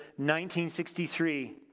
1963